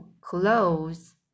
clothes